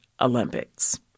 Olympics